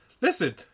Listen